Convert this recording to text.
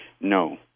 No